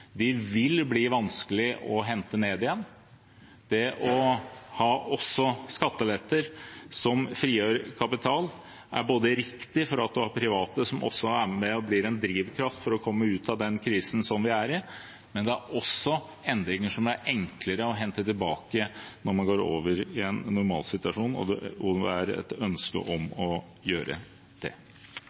De vil bli vanskelige å hente ned igjen. Det å ha skatteletter som frigjør kapital, er riktig fordi man har private som er med og blir en drivkraft for å komme ut av den krisen vi er i, og også fordi det er endringer som er enklere å hente tilbake når man går over i en normalsituasjon, og det er et ønske om å gjøre det.